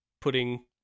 putting